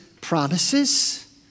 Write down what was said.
promises